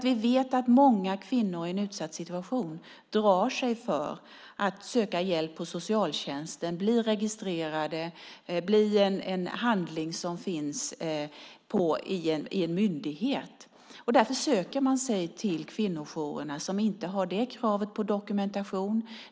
Vi vet att i en utsatt situation drar sig många kvinnor för att söka hjälp hos socialtjänsten och bli registrerade och bli en handling som finns hos en myndighet. Därför söker man sig till kvinnojourerna som inte har det kravet på dokumentation.